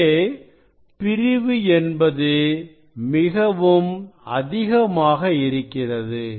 இங்கே பிரிவு என்பது மிகவும் அதிகமாக இருக்கிறது